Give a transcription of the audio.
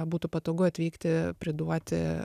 būtų patogu atvykti priduoti